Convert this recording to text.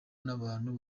n’abantu